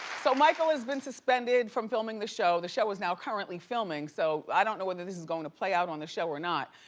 so michael has been suspended from filming the show. the show is now currently filming so i don't know whether this is going to play out on the show or not.